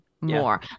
more